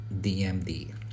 DMD